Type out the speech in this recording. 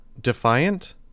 Defiant